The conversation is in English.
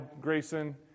Grayson